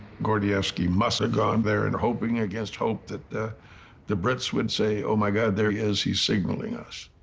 gordievsky must have gone there, and hoping against hope that the the brits would say, oh my god, there he is, he's signaling us.